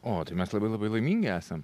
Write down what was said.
o tai mes labai labai laimingi esam